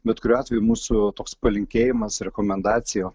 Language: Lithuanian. bet kuriuo atveju mūsų toks palinkėjimas rekomendacija